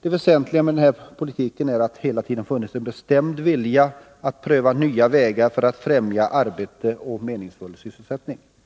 Det väsentliga med den här politiken är att det hela tiden har funnits en bestämd vilja att pröva nya vägar för att främja arbete och meningsfull sysselsättning.